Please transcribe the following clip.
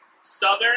Southern